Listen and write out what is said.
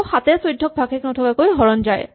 আকৌ ৭ এ ১৪ ক ভাগশেষ নথকাকৈ হৰণ যায়